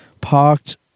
Parked